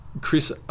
Chris